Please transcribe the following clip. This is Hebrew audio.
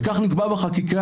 וכך נקבע בחקיקה,